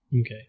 Okay